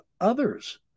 others